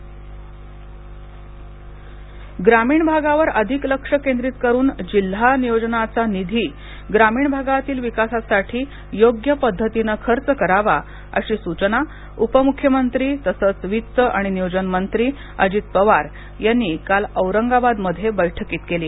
प्रारूप आराखडा ग्रामीण भागावर अधिक लक्ष केंद्रीत करुन जिल्हा नियोजनचा निधी ग्रामीण भागातील विकासासाठी योग्य पद्धतीने खर्च करावा अशी सूचना उपमुख्यमंत्री तसंच वित्त आणि नियोजन मंत्री अजित पवार यांनी काल औरंगाबादमध्ये बैठकीत केली